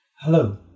Hello